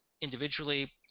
individually